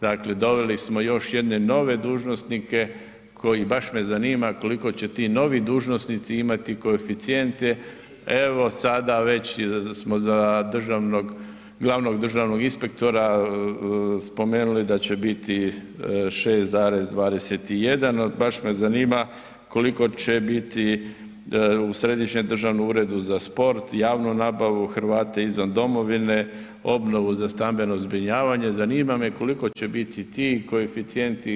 Dakle, doveli smo još jedne nove dužnosnike koji baš me zanima, koliko će ti novi dužnosnici imati koeficijente evo sada već smo za državnog, glavnog državnog inspektora spomenuli da će biti 6,21 baš me zanima koliko će biti u središnjem državnom uredu za sport, javnu nabavu, Hrvate izvan domovine, obnovu za stambeno zbrinjavanje, zanima me koliko će biti ti koeficijenti.